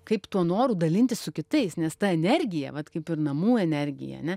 kaip tuo noru dalintis su kitais nes ta energija vat kaip ir namų energija ane